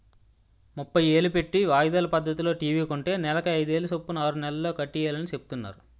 ముప్పై ఏలు పెట్టి వాయిదాల పద్దతిలో టీ.వి కొంటే నెలకి అయిదేలు సొప్పున ఆరు నెలల్లో కట్టియాలని సెప్తున్నారు